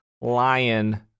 lion